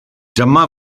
dyma